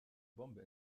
bombe